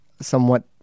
somewhat